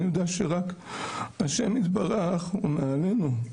אני יודע שרק ה' יתברך הוא מעלינו,